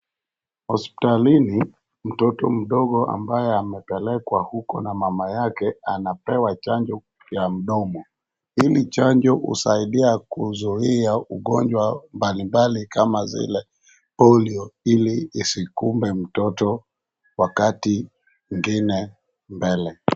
Hospitalini, mtoto mdogo ambaye amepelekwa huko na mama yake anapewa chanjo ya mdomo. Hili chanjo husaidia kuzuia ugonjwa mbalimbali kama zile polio ili isikumbe mtoto wakati ingine mbele.